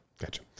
Gotcha